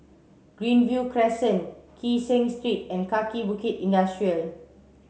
Greenview Crescent Kee Seng Street and Kaki Bukit Industrial Estate